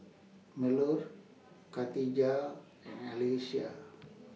Melur Khatijah and Alyssa